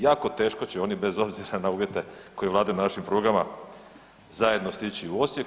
Jako teško će oni bez obzira na uvjete koji vladaju na našim prugama zajedno stići u Osijek.